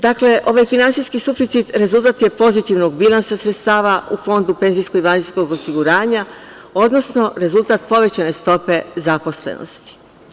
Dakle, ovaj finansijski suficit rezultat je pozitivnog bilansa sredstava u Fondu PIO, odnosno rezultat povećane stope zaposlenosti.